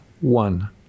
One